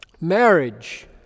marriage